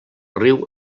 riu